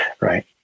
right